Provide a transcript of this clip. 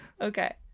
Okay